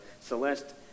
Celeste